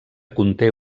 conté